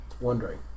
Wondering